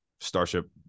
starship